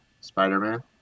Spider-Man